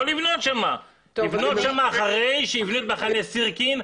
לבנות שם אחרי שיבנו את מחנה סירקין,